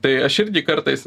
tai aš irgi kartais